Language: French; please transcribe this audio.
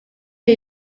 est